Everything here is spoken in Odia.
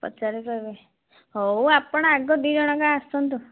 ପଚାରିକି କହିବେ ହେଉ ଆପଣ ଆଗ ଦୁଇଜଣ ଯାକ ଆସନ୍ତୁ